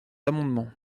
amendement